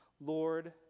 Lord